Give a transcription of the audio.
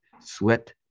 sweat